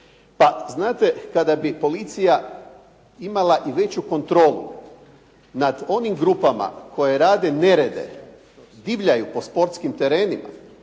Pa znate, kada bi policija imala veću kontrolu nad onim grupama koji rade nerede, divljaju po sportskim terenima,